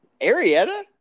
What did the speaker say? Arietta